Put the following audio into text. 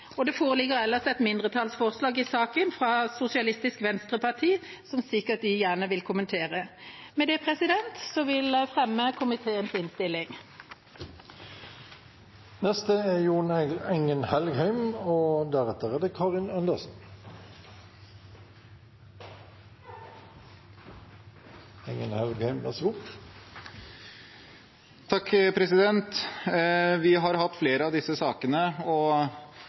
Det foreligger ellers et mindretallsforslag i saken fra Sosialistisk Venstreparti, som de sikkert gjerne vil kommentere. Med det vil jeg anbefale komiteens innstilling. Vi har hatt flere av disse sakene, og Fremskrittspartiet har ved noen tidligere behandlinger stemt imot en slik hjemmel, og noen ganger har